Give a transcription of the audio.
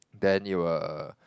then you will